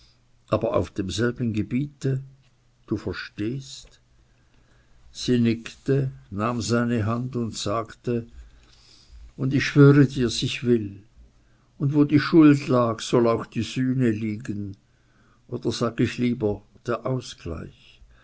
aber auf demselben gebiete du verstehst sie nickte nahm seine hand und sagte und ich schwöre dir's ich will und wo die schuld lag soll auch die sühne liegen oder sag ich lieber der ausgleich